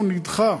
הוא נדחה.